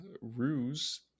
ruse